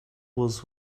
was